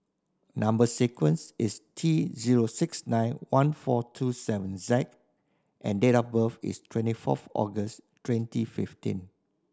number sequence is T zero six nine one four two seven Z and date of birth is twenty fourth August twenty fifteen